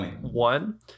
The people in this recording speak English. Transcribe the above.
one